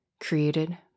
Created